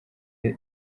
iyi